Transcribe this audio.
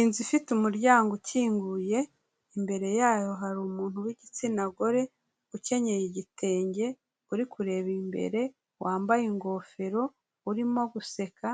Inzu ifite umuryango ukinguye, imbere yayo hari umuntu w'igitsina gore ukenyeye igitenge, uri kureba imbere, wambaye ingofero, urimo guseka,